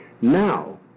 Now